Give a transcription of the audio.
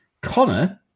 Connor